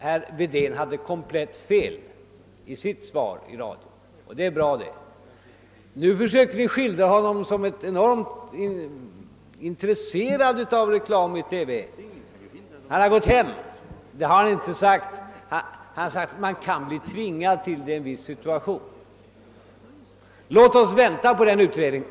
Herr Wedén hade fullständigt fel i sitt svar i radio, och det är bra det. Nu försöker ni skildra herr Hedlund som enormt intresserad av reklam i TV. Han har som sagt gått hem nu, men han har inte yttrat detta utan framhållit att man kan bli tvingad ta reklam-TV i en viss situation. Låt oss vänta på utredningen.